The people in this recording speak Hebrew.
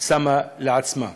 שמה לעצמה.